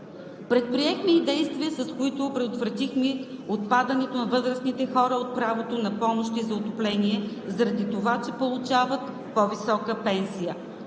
Предприехме и действия, с които предотвратихме отпадането на възрастните хора от правото на помощи за отопление, заради това че получават по-висока пенсия.